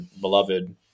beloved